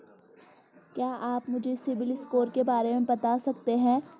क्या आप मुझे सिबिल स्कोर के बारे में बता सकते हैं?